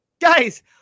guys